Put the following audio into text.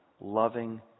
loving